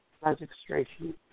registration